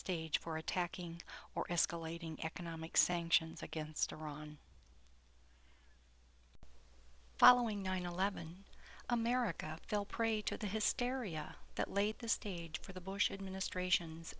stage for attacking or escalating economic sanctions against iran following nine eleven america fell prey to the hysteria that laid the stage for the bush administration's